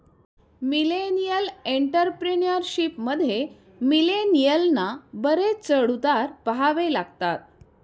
millennial entrepreneurship मध्ये, मिलेनियलना बरेच चढ उतार पहावे लागतात